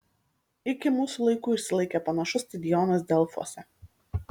iki mūsų laikų išsilaikė panašus stadionas delfuose